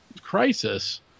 crisis